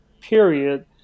period